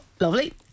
Lovely